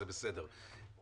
זה בסדר,